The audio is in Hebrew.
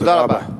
תודה רבה.